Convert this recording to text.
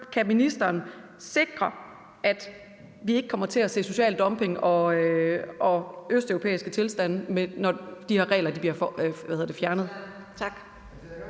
Kan ministeren sikre, at vi ikke kommer til at se social dumping og østeuropæiske tilstande, når de her regler bliver fjernet?